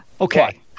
okay